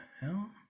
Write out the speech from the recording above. hell